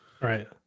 Right